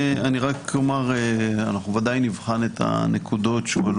אני רק אומר שאנחנו ודאי נבחן את הנקודות שהועלו